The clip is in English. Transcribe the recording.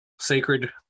sacred